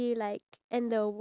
you